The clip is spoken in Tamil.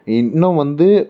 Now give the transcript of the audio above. இன்னும் வந்து